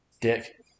dick